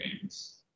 games